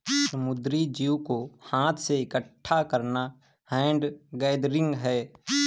समुद्री जीव को हाथ से इकठ्ठा करना हैंड गैदरिंग है